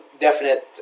definite